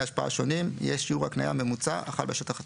השפעה שונים יהיה שיעור ההקניה הממוצע החל בשטח התוכנית,